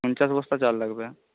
পঞ্চাশ বস্তা চাল লাগবে